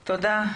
תודה.